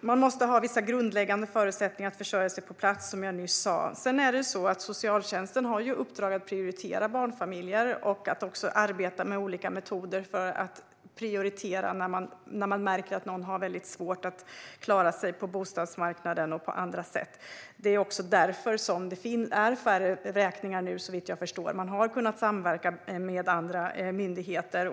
Man måste ha vissa grundläggande förutsättningar på plats när det gäller att försörja sig, som jag nyss sa. Sedan har socialtjänsten i uppdrag att prioritera barnfamiljer och att också arbeta med olika metoder för att prioritera när man märker att någon har svårt att klara sig på bostadsmarknaden och på andra sätt. Det är också därför som det är färre vräkningar nu, såvitt jag förstår. Man har kunnat samverka med andra myndigheter.